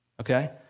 okay